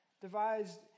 devised